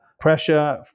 pressure